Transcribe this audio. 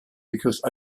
because